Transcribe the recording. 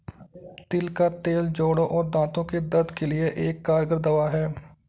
तिल का तेल जोड़ों और दांतो के दर्द के लिए एक कारगर दवा है